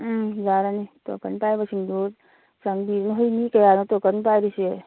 ꯎꯝ ꯌꯥꯔꯅꯤ ꯇꯣꯛꯀꯟ ꯄꯥꯏꯕꯁꯤꯡꯗꯨ ꯆꯪꯕꯤꯌꯨ ꯅꯈꯣꯏ ꯃꯤ ꯀꯌꯥꯅꯣ ꯇꯣꯀꯟ ꯄꯥꯏꯔꯤꯁꯤ